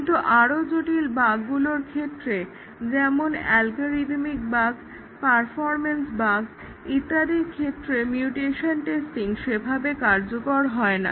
কিন্তু আরো জটিল বাগগুলির ক্ষেত্রে যেমন আলগরিদমিক বাগ্ পারফরম্যান্স বাগ্ ইত্যাদির ক্ষেত্রে মিউটেশন টেস্টিং সেভাবে কার্যকর হয় না